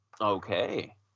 Okay